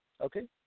Okay